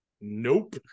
Nope